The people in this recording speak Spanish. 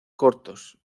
cortos